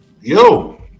Yo